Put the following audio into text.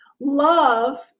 love